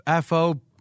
FO